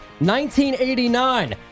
1989